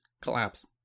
collapse